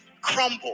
crumble